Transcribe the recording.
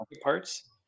parts